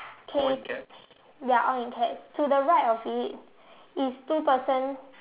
okay ya all in caps to the right of it is two person